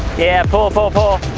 yeah, pull, pull, pull.